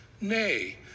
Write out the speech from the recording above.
nay